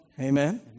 Amen